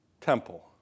temple